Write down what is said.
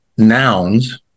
nouns